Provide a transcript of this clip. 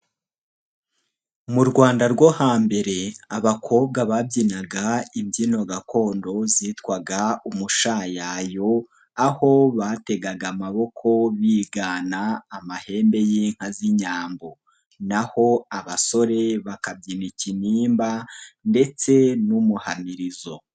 Mu Rwanda rwo hambere abakobwa babyinaga imbyino gakondo zitwaga umushayayo aho bategaga amaboko bigana amahembe y'inka z'inyambo naho abasore bakabyina ikinimba ndetse n'umuhamirizo.